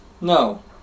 No